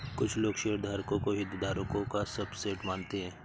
कुछ लोग शेयरधारकों को हितधारकों का सबसेट मानते हैं